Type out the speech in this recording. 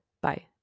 Bye